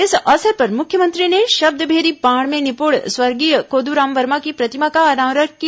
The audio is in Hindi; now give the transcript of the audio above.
इस अवसर पर मुख्यमंत्री ने शब्दभेदी बाण में निपुण स्वर्गीय कोद्राम वर्मा की प्रतिमा का अनावरण किया